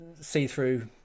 see-through